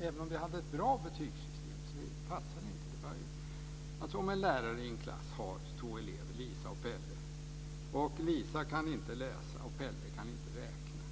Även om vi hade haft ett bra betygssystem passar det inte. Låt oss säga att en lärare i en klass har två elever, Lisa och Pelle. Lisa kan inte läsa och Pelle kan inte räkna.